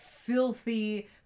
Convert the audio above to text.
filthy